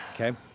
Okay